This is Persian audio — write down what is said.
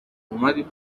اومدی